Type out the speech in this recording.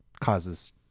causes